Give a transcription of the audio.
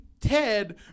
ted